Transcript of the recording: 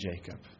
Jacob